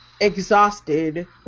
exhausted